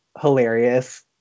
hilarious